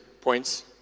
points